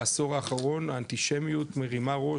בעשור האחרון האנטישמיות מרימה ראש,